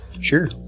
Sure